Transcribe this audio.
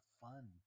fun